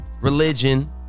religion